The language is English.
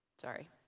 sorry